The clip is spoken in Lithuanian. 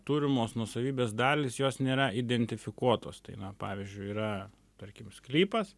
turimos nuosavybės dalys jos nėra identifikuotos tai na pavyzdžiui yra tarkim sklypas